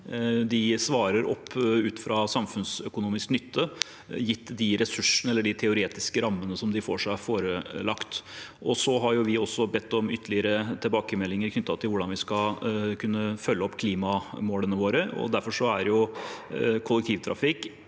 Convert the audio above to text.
De svarer opp ut fra samfunnsøkonomisk nytte, gitt de ressursene eller teoretiske rammene som de får seg forelagt. Så har vi også bedt om ytterligere tilbakemeldinger knyttet til hvordan vi skal kunne følge opp klimamålene våre. Derfor er kollektivtrafikk